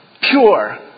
pure